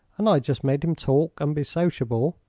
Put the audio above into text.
and i just made him talk and be sociable,